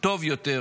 טוב יותר